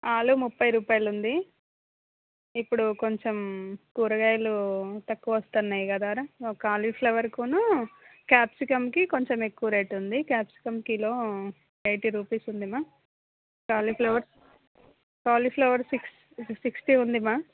ఆలూ ముప్పై రూపాయలు ఉంది ఇప్పుడు కొంచెం కూరగాయలు తక్కువ వస్తున్నాయి కదరా ఒక కాలీఫ్లవర్కీ క్యాప్సికంకి కొంచెం ఎక్కువ రేటు ఉంది క్యాప్సికం కిలో ఎయిటీ రూపీస్ ఉందమ్మా కాలీఫ్లవర్ కాలీఫ్లవర్ సి సిక్స్టీ ఉందమ్మా